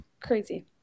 crazy